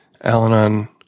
Al-Anon